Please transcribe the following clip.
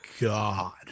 god